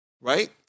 Right